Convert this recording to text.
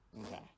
Okay